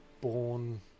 born